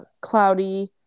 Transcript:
cloudy